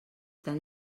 tan